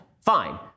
Fine